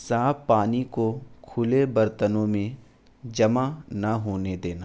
صاف پانی کو کھلے برتنوں میں جمع نہ ہونے دینا